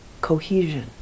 cohesion